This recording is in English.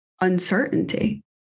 uncertainty